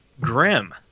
Grim